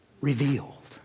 revealed